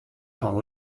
fan